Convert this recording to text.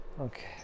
okay